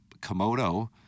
Komodo –